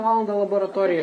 valandą laboratorija